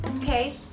okay